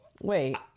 Wait